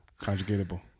Conjugatable